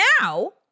now